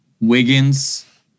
Wiggins